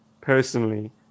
personally